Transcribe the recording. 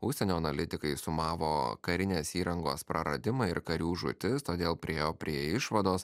užsienio analitikai sumavo karinės įrangos praradimą ir karių žūtis todėl priėjo prie išvados